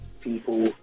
people